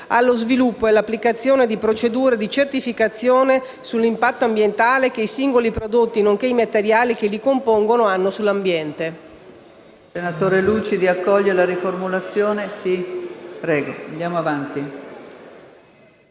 allo sviluppo e all'applicazione di procedure di certificazione sull'impatto ambientale che i singoli prodotti nonché i materiali che li compongono hanno sull'ambiente».